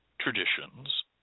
traditions